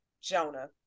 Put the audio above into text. Jonah